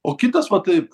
o kitas va taip